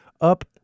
up